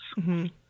-hmm